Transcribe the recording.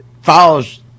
follows